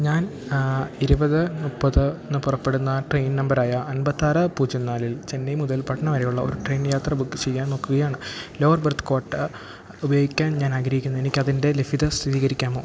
ഞാൻ ഇരുപത് മുപ്പതിന് പുറപ്പെടുന്ന ട്രെയിൻ നമ്പറായ അൻപത്താറ് പൂജ്യം നാലിൽ ചെന്നൈ മുതൽ പട്ന വരെയുള്ള ഒരു ട്രെയിൻ യാത്ര ബുക്ക് ചെയ്യാൻ നോക്കുകയാണ് ലോവർ ബെർത്ത് ക്വാട്ട ഉപയോഗിക്കാൻ ഞാനാഗ്രഹിക്കുന്നു എനിക്ക് അതിൻറ്റെ ലഭ്യത സ്ഥിരീകരിക്കാമോ